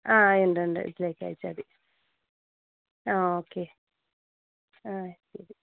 ആ ഉണ്ട് ഉണ്ട് ഇതിലേക്ക് അയച്ചാൽ മതി ആ ഓക്കെ ആ ശരി